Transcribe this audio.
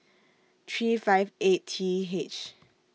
three five eight T H